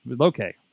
Okay